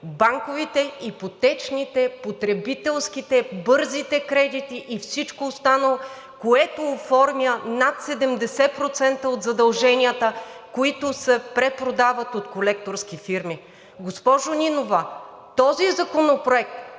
банковите, ипотечните, потребителските, бързите кредити и всичко останало, което оформя над 70% от задълженията, които се препродават от колекторски фирми. Госпожо Нинова, този законопроект